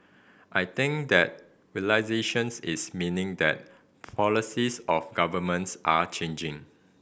I think that realisations is meaning that policies of governments are changing